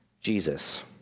Jesus